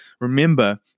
remember